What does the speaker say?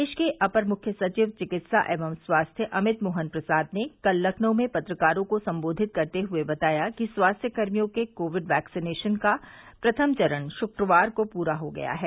प्रदेश के अपर मुख्य सचिव चिकित्सा एवं स्वास्थ्य अमित मोहन प्रसाद ने कल लखनऊ में पत्रकारों को संबोधित करते हए बताया कि स्वास्थ्य कर्मियों के कोविड वैक्सीनेशन का प्रथम चरण शुक्रवार को पूरा हो गया है